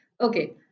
okay